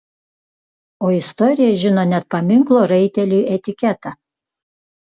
o istorija žino net paminklo raiteliui etiketą